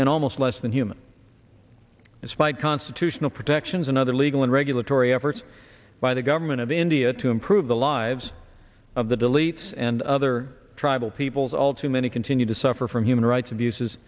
and less than human despite constitutional protections and other legal and regulatory efforts by the government of india to improve the lives of the deletes and other tribal peoples all too many continue to suffer from human rights abuses